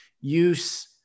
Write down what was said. use